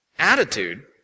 attitude